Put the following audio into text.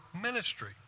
ministry